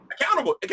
accountable